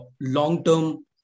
long-term